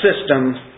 system